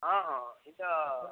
हॅं हॅं ई तऽ